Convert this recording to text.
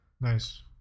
Nice